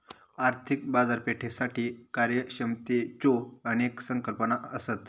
आर्थिक बाजारपेठेसाठी कार्यक्षमतेच्यो अनेक संकल्पना असत